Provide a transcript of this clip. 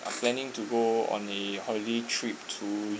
are planning to go on the holiday trip to